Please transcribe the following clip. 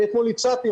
אני אתמול הצעתי,